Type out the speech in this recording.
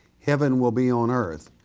heaven will be on earth?